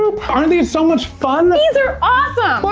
ah aren't these so much fun. these are awesome.